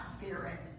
spirit